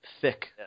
Thick